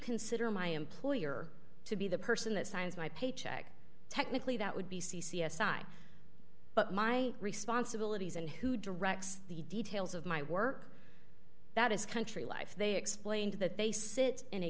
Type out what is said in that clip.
consider my employer to be the person that signs my paycheck technically that would be c c s i but my responsibilities and who directs the details of my work that is country life they explained that they sit in a